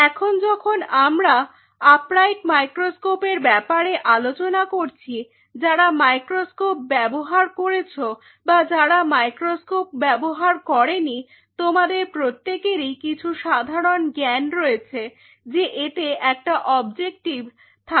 এখন যখন আমরা আপরাইট মাইক্রোস্কোপের ব্যাপারে আলোচনা করছি যারা মাইক্রোস্কোপ ব্যবহার করছো বা যারা মাইক্রোস্কোপ ব্যবহার করেনি তোমাদের প্রত্যেকেরই কিছু সাধারণ জ্ঞান রয়েছে যে এতে একটা অবজেক্টিভ থাকে